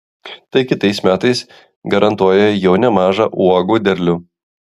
tai kitais metais garantuoja jau nemažą uogų derlių